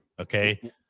Okay